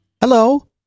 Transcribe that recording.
hello